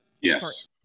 Yes